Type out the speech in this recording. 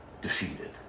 defeated